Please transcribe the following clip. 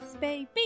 baby